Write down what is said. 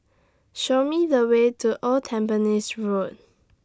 Show Me The Way to Old Tampines Road